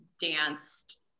danced